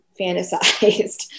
fantasized